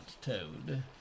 toad